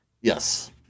yes